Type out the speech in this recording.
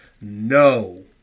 no